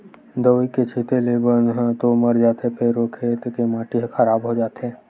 दवई के छिते ले बन ह तो मर जाथे फेर ओ खेत के माटी ह खराब होथे